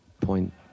point